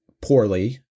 poorly